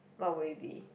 what will it be